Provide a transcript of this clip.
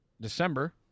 December